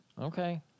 Okay